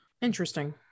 Interesting